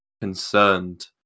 concerned